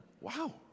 Wow